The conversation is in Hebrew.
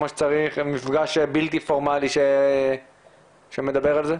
מפגש בלתי פורמלי שמדבר על זה?